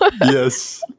yes